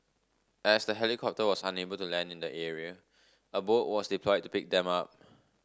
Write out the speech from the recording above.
as the helicopter was unable to land in the area a boat was deployed to pick them up